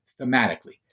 thematically